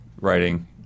writing